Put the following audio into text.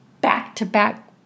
back-to-back